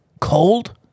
cold